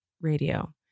radio